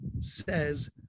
says